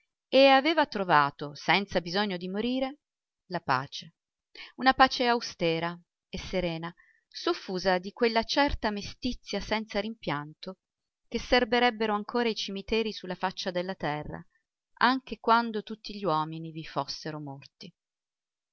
e aveva trovato senza bisogno di morire la pace una pace austera e serena soffusa di quella certa mestizia senza rimpianto che serberebbero ancora i cimiteri su la faccia della terra anche quando tutti gli uomini vi fossero morti